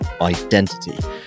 identity